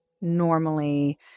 normally